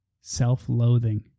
self-loathing